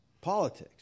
politics